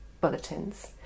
bulletins